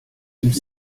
some